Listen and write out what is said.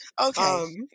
Okay